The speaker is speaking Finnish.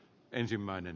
kannatan